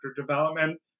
development